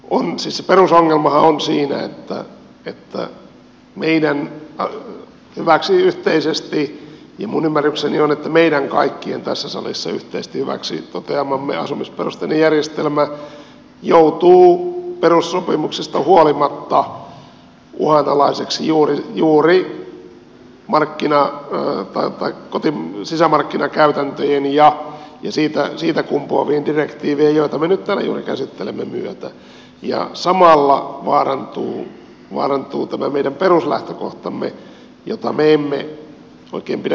mutta se perusongelmahan on siinä että meidän hyväksi yhteisesti ja minun ymmärrykseni on että meidän kaikkien tässä salissa yhteisesti hyväksi toteamamme asumisperusteinen järjestelmä joutuu perussopimuksista huolimatta uhanalaiseksi juuri sisämarkkinakäytäntöjen ja siitä kumpuavien direktiivien joita me nyt täällä juuri käsittelemme myötä ja samalla vaarantuu tämä meidän peruslähtökohtamme mitä me emme oikein pidä hyväksyttävänä